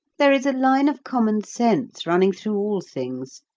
there is a line of common sense running through all things,